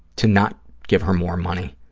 to not give her more money,